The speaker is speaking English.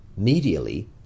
Medially